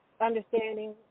understanding